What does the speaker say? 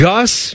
Gus